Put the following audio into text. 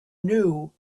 new